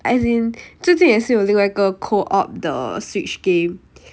as in 之前也是有另外一个 co-op 的 switch game